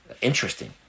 Interesting